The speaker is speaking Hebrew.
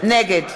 נגד